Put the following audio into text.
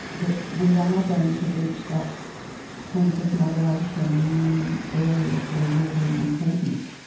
that we are going to reach that point of moderation in many areas that are really important?